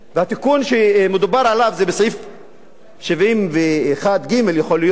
והתיקון שמדובר עליו זה בסעיף 71ג, יכול להיות.